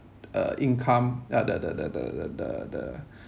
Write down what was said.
uh income uh the the the the the the the